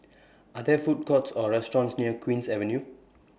Are There Food Courts Or restaurants near Queen's Avenue